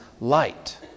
light